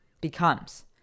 becomes